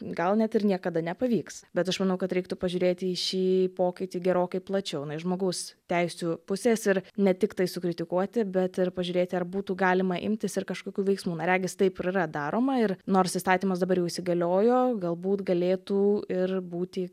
gal net ir niekada nepavyks bet aš manau kad reiktų pažiūrėti į šį pokytį gerokai plačiau na iš žmogaus teisių pusės ir ne tiktai sukritikuoti bet ir pažiūrėti ar būtų galima imtis ir kažkokių veiksmų na regis taip ir yra daroma ir nors įstatymas dabar jau įsigaliojo galbūt galėtų ir būti